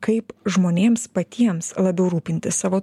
kaip žmonėms patiems labiau rūpintis savo